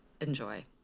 enjoy